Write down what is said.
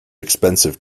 expensive